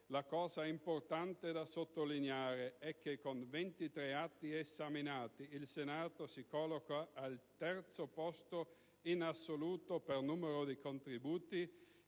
la cosa importante da sottolineare è che, con 23 atti esaminati, il Senato si colloca al terzo posto in assoluto per numero di contributi,